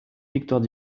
victoire